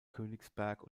königsberg